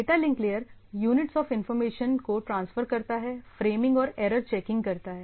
data link layer units of information को transfer करता है फ्रेमिंग और एरर चेकिंग करता है